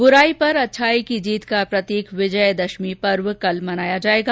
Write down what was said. बुराई पर अच्छाई की जीत का प्रतीक विजयादशमी पर्व कल मनाया जाएगा